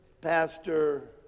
Pastor